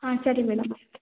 ಹಾಂ ಸರಿ ಮೇಡಮ್ ಆಯಿತು